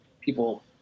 people